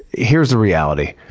here's the reality,